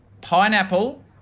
pineapple